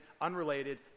unrelated